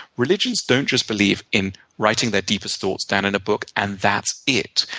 religions don't just believe in writing their deepest thoughts down in a book and that's it.